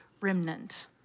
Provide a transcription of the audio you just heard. remnant